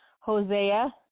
Hosea